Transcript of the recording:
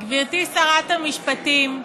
גברתי שרת המשפטים,